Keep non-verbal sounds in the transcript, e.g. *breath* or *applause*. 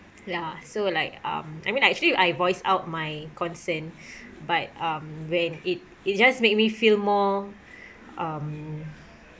ya so like um I mean actually I voiced out my concern *breath* but um when it it just makes me feel more um